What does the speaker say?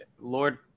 Lord